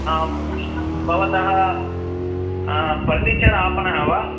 आं भवतः फर्निचर् आपणः वा